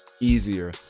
easier